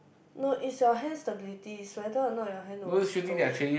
no it's your hand stability it's whether or not you hand will 抖